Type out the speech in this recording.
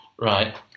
Right